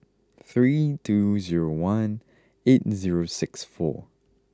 three two zero one eight zero six four